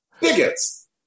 bigots